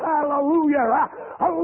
Hallelujah